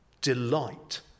delight